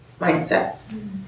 mindsets